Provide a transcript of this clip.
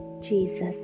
Jesus